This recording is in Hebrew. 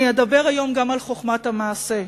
אני אדבר היום גם על חוכמת המעשה.